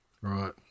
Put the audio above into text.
Right